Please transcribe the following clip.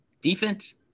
defense